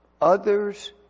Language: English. Others